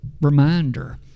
reminder